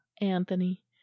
anthony